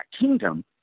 kingdom